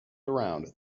around